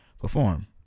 perform